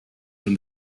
from